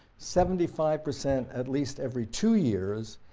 seventy five percent at least every two years,